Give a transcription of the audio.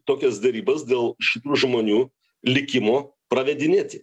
tokias derybas dėl šitų žmonių likimo pravedinėti